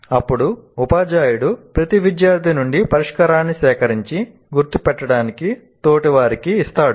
అప్పుడు ఉపాధ్యాయుడు ప్రతి విద్యార్థి నుండి పరిష్కారాన్ని సేకరించి గుర్తు పెట్టడానికి తోటివారికి ఇస్తాడు